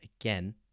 again